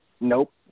Nope